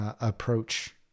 approach